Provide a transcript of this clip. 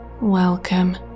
Welcome